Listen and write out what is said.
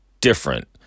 different